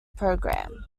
programme